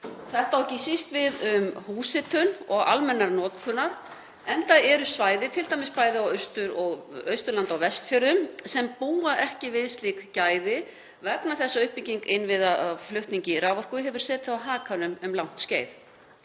Þetta á ekki síst við um húshitun og almenna notkun enda eru svæði, t.d. bæði á Austurlandi og Vestfjörðum, sem búa ekki við slík gæði vegna þess að uppbygging innviða í flutningi raforku hefur setið á hakanum um langt skeið.